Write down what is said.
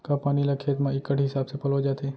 का पानी ला खेत म इक्कड़ हिसाब से पलोय जाथे?